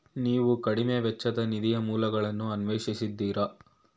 ನೀವು ಕಡಿಮೆ ವೆಚ್ಚದ ನಿಧಿಯ ಮೂಲಗಳನ್ನು ಅನ್ವೇಷಿಸಿದ್ದೀರಾ?